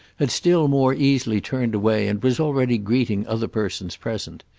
had still more easily turned away and was already greeting other persons present.